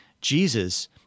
Jesus